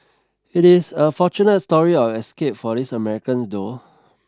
it is a fortunate story of escape for these Americans though